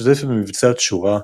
השתתף במבצע תשורה,